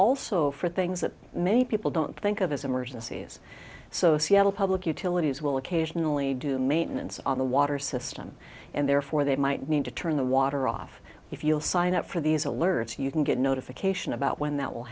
also for things that many people don't think of as emergencies so seattle public utilities will occasionally do maintenance on the water system and therefore they might need to turn the water off if you'll sign up for these alerts you can get notification about when that will